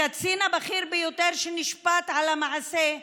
הקצין הבכיר ביותר שנשפט על המעשה,